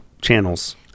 channels